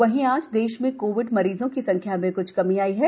वहींआज देश में कोविड मरीजों की संख्या में कुछ कमी आई है